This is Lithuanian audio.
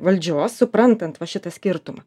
valdžios suprantant va šitą skirtumą